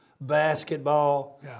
basketball